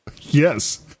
Yes